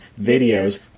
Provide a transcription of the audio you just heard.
videos